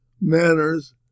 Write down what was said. manners